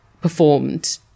performed